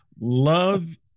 Love